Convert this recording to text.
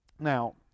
Now